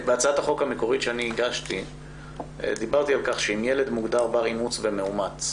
בהצעת החוק המקורית שהגשתי דיברתי על כך שאם ילד מוגדר בר אימוץ ומאומץ,